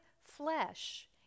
flesh